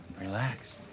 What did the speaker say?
relax